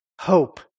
hope